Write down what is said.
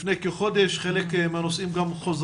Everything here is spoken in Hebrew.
שלנו.